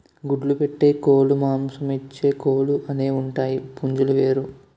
గుడ్లు పెట్టే కోలుమాంసమిచ్చే కోలు అనేవుంటాయి పుంజులు వేరు